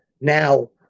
now